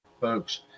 folks